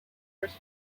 first